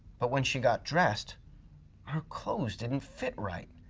but when she got dressed her clothes didn't fit right.